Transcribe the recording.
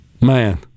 Man